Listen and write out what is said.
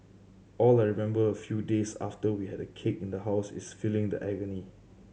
all I remember a few days after we had a cake in the house is feeling the agony